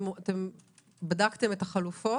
בדקתם את החלופות,